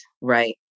right